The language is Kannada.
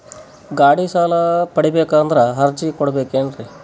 ಗಾಡಿ ಸಾಲ ಪಡಿಬೇಕಂದರ ಅರ್ಜಿ ಕೊಡಬೇಕೆನ್ರಿ?